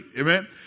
Amen